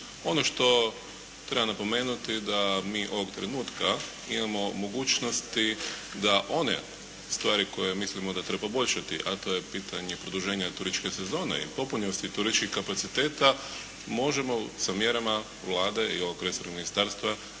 Ono što treba napomenuti da mi ovog trenutka imamo mogućnosti da one stvari koje mislimo da treba poboljšati, a to je pitanje produženja turističke sezone i popunjenosti turističkih kapaciteta možemo sa mjerama Vlade i ovog resornog ministarstva